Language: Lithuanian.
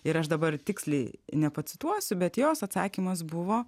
ir aš dabar tiksliai nepacituosiu bet jos atsakymas buvo